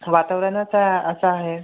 वातावरणच असं आहे